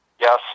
Yes